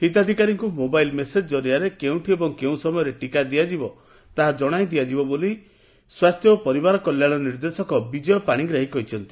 ହିତାଧିକାରୀଙ୍କୁ mobile message କରିଆରେ କେଉଁଠି ଓ କେଉଁ ସମୟରେ ଟିକା ଦିଆଯିବ ତାହା ଜଶାଇ ଦିଆଯିବ ବୋଲି ପରିବାର କଲ୍ୟାଶ ନିର୍ଦ୍ଦେଶକ ବିଜୟ ପାଣିଗ୍ରାହୀ କହିଛନ୍ତି